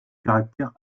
caractères